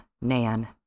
Nan